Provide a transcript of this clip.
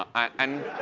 and